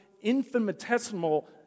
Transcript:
infinitesimal